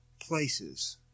places